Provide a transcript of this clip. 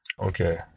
Okay